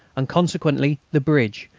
and consequently the bridge,